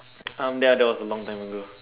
um ya that was a long time ago